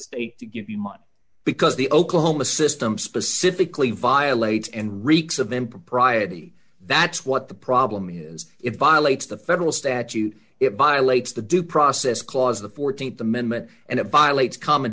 state to give you money because the oklahoma system specifically violates and reeks of impropriety that's what the problem is if i like the federal statute it violates the due process clause the th amendment and it violates common